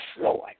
Lord